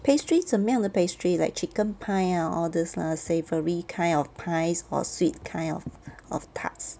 pastry 怎么样的 pastry like chicken pie ah all these lah savoury kind of pies or sweet kind of of tarts